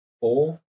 Four